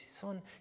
son